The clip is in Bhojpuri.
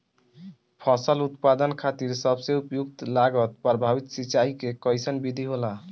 फसल उत्पादन खातिर सबसे उपयुक्त लागत प्रभावी सिंचाई के कइसन विधि होला?